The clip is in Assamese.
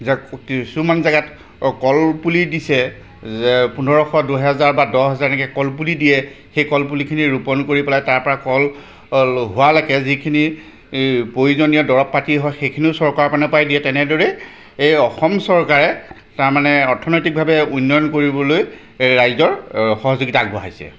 কিছুমান জেগাত কল পুলি দিছে যে পোন্ধৰশ দুহেজাৰ বা দহ হেজাৰ এনেকৈ কল পুলি দিয়ে সেই কলপুলিখিনি ৰোপণ কৰি পেলাই তাৰপৰা কল হোৱালৈকে যিখিনি প্ৰয়োজনীয় দৰৱ পাতি হয় সেইখিনিও চৰকাৰৰ পেনৰ পৰাই দিয়ে তেনেদৰেই এই অসম চৰকাৰে তাৰমানে আৰ্থনৈতিকভাৱে উন্নয়ন কৰিবলৈ ৰাইজৰ সহযোগিতা আগবঢ়াইছে